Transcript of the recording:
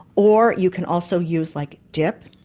or you can also use like dip,